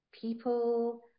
people